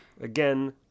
again